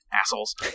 assholes